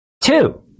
two